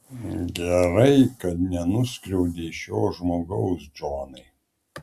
gerai kad nenuskriaudei šio žmogaus džonai